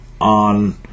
on